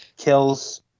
kills